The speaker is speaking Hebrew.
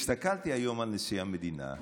הסתכלתי היום על נשיא המדינה,